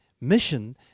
Mission